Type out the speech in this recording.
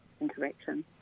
interaction